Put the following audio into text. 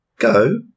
Go